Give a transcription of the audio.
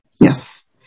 Yes